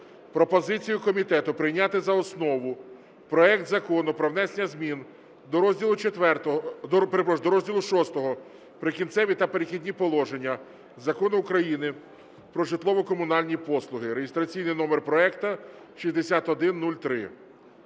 пропозицію комітету прийняти за основу проект Закону про внесення змін до розділу VI "Прикінцеві та перехідні положення" Закону України "Про житлово-комунальні послуги" (реєстраційний номер проекту 6103).